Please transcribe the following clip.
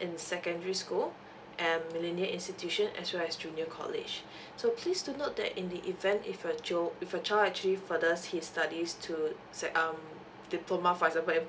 in secondary school and millennium institution as well as junior college so please do note that in the event if your jo~ if your child actually further his studies to say um diploma for example an